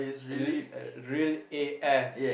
uh real real A_F